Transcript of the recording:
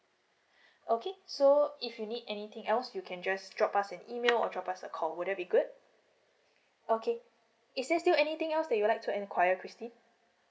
okay so if you need anything else you can just drop us an email or drop us a call would that be good okay is there still anything else that you'd like to enquire christine